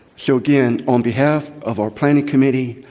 so again, on behalf of our planning committee,